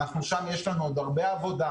שם יש לנו עוד הרבה עבודה.